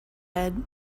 head